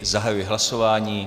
Zahajuji hlasování.